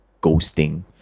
ghosting